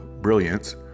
brilliance